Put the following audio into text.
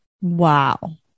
Wow